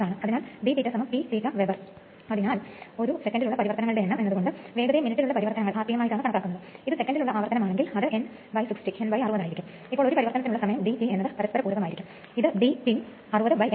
അതിനാൽ 3 phase induction മോട്ടോറുകളാണ് വ്യവസായത്തിൽ ഏറ്റവുമധികം ആവൃത്തി നേരിടുന്ന മോട്ടോർ